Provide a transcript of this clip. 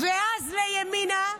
ואז לימינה,